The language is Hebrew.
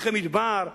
שטחי מדבר,